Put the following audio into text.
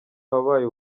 wabaye